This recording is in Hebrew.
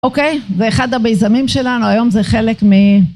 אוקיי, ואחד המיזמים שלנו היום זה חלק מ...